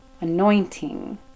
anointing